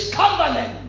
covenant